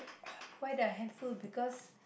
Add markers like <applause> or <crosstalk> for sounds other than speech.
<noise> quite a handful because